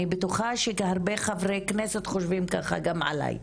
אני בטוחה שהרבה חברי כנסת חושבים ככה גם עליי,